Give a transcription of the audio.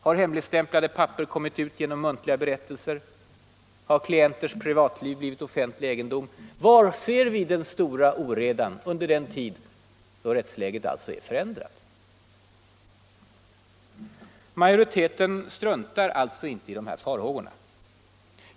Har hemligstämplade papper kommit ut genom muntliga berättelser? Har klienters privatliv blivit offentlig egendom? Var finns den stora oreda som skulle ha uppkommit under den tid rättsläget varit förändrat? Majoriteten struntar inte i sådana farhågor.